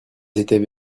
étaient